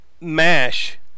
MASH